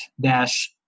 dash